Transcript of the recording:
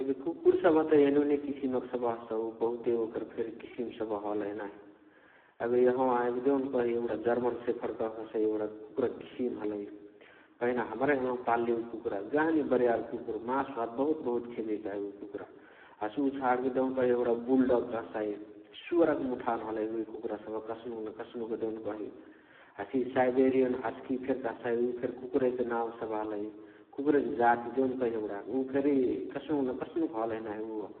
एबे कुकुर सबह त एनुने किसिम क हसौ बहुते ओकर फेरी किसिम सबह हलही नाही । एबे यहाँवा एबे देउन्कही जर्मन सेफर्ण हसइ एगुणा कुकुरा क किसिम हलइ । पहिना हमरही हलहु पालाले उ कुकुरा गहनी बारीयार कुकुर मासु भात बहुत बहुत खेबिहे काही उ कुकुरा । हसे उ छाणके देउकही एगुणा बुल डग कहसाइ । सुवरका मुठान हलही इहे कुकुरा सबह कस्नुक न कस्नुक देउनकही । साइबेरियन हस्की फेरी कहाँसाइ उ फेरी कुकुरे क नाउ सबह हलइ । कुकुराक जाती देउनकही एगुणा । उ फेरी कस्नुक न कस्नुक हलही उअ ।